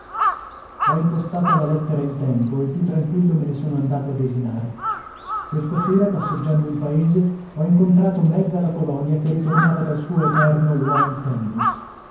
ho impostata la lettera in tempo e più tranquillo me ne sono andato a desinare questa sera passeggiando in paese ho incontrata mezza la colonia che ritornava dal suo eterno lawn tennis